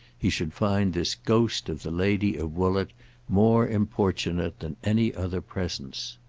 he should find this ghost of the lady of woollett more importunate than any other presence.